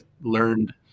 learned